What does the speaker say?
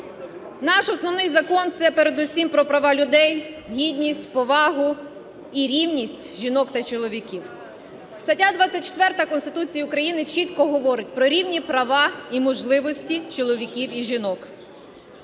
Наш Основний Закон – це передусім про права людей, гідність, повагу і рівність жінок та чоловіків. Стаття 24 Конституції України чітко говорить про рівні права і можливості чоловіків і жінок.